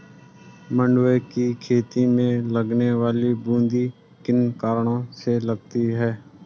मंडुवे की खेती में लगने वाली बूंदी किन कारणों से लगती है?